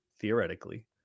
Theoretically